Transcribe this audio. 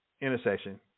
intersection